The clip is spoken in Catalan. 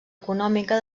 econòmica